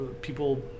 people